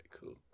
cool